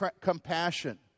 compassion